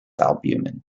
albumin